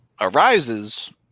arises